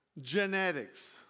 genetics